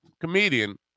comedian